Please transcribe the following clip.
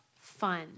fun